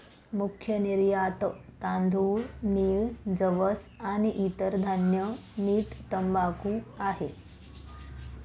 मुख्य निर्यातत तांदूळ, नीळ, जवस आणि इतर धान्य, मीठ, तंबाखू आहे